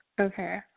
Okay